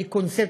קונספט?